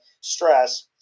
stress